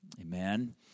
Amen